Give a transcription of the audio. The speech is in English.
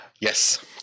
Yes